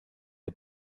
der